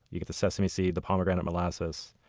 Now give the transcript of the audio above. you get the sesame seed, the pomegranate molasses,